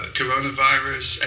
coronavirus